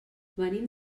venim